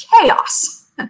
chaos